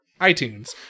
iTunes